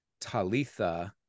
talitha